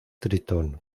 tritón